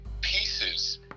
pieces